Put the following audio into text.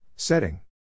Setting